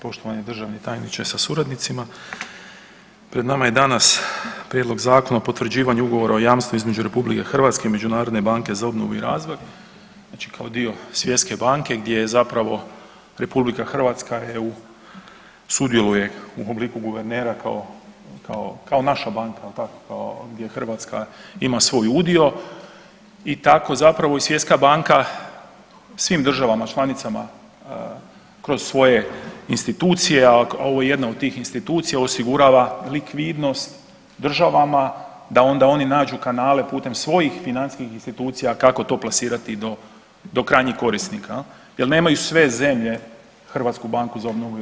Poštovani državni tajniče sa suradnicima, pred nama je danas Prijedlog Zakona o potvrđivanju ugovora o jamstvu između RH i Međunarodne banke za obnovu i razvoj znači kao dio Svjetske banke gdje je zapravo RH EU sudjeluje u obliku guvernera kao naša banka jel tako gdje Hrvatska ima svoj udio i tako zapravo i svjetska banka svim državama članicama kroz svoje institucije, a ovo je jedna od tih institucija, osigurava likvidnost državama da onda oni nađu kanale putem svojih financijskih institucija kako to plasirati do, do krajnjih korisnika jel, jel nemaju sve zemlje HBOR jel.